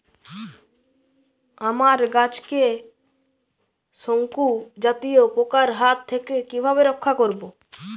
আমার গাছকে শঙ্কু জাতীয় পোকার হাত থেকে কিভাবে রক্ষা করব?